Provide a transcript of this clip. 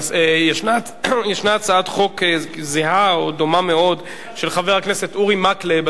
ישנה הצעת חוק זהה או דומה מאוד של חבר הכנסת אורי מקלב.